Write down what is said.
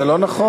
זה לא נכון.